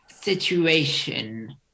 situation